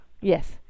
Yes